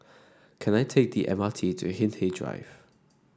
can I take the M R T to Hindhede Drive